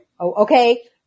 okay